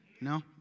No